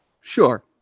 sure